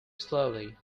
slowly